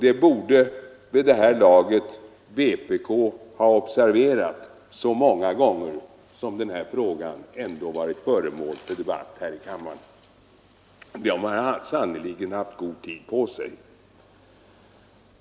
Det borde vid det här laget vpk ha observerat, så många gånger som den frågan varit föremål för debatt i riksdagen. Man har sannerligen haft god tid på sig.